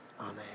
Amen